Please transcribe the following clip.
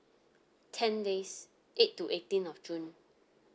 ten days eight to eighteen of june